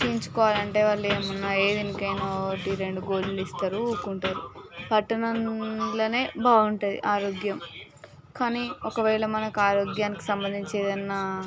చూపించు కోవాలి అంటే వాళ్ళు ఏమన్నా ఏది ఇంకేమో ఒకటి రెండు గోలీలు ఇస్తారు ఊరుకుంటారు పట్టణంలో బాగుంటుంది ఆరోగ్యం కానీ ఒకవేళ మనకి ఆరోగ్యానికి సంబంధించి ఏమన్నా